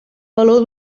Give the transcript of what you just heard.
baló